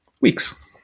weeks